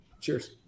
Cheers